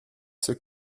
ceux